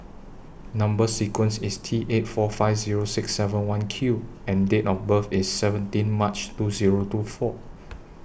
Number sequence IS T eight four five Zero six seven one Q and Date of birth IS seventeen March two Zero two four